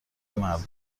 مردم